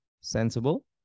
sensible